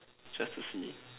just to see